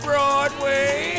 Broadway